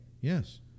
Yes